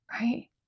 right